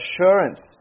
assurance